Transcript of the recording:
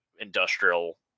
industrial